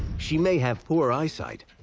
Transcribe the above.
she may have poor eyesight,